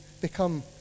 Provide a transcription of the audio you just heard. become